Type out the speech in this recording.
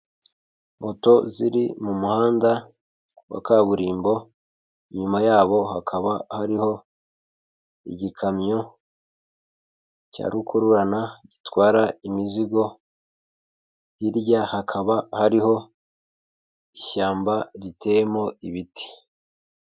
Moto ziri mu muhanda wa kaburimbo, inyuma yabo hakaba hariho igikamyo cya rukururana gitwara imizigo, hirya hakaba hariho ishyamba riteyemo ibiti.